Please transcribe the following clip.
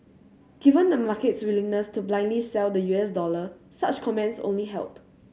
given the market's willingness to blindly sell the U S dollar such comments only help